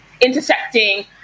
intersecting